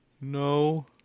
No